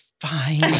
fine